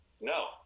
no